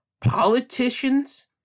Politicians